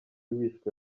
wishwe